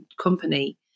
company